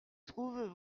trouvent